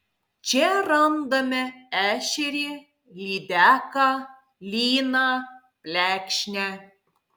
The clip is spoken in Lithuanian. čia randame ešerį lydeką lyną plekšnę